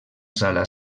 sala